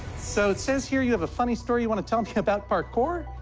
so it says here you have a funny story you want to tell me about parkour.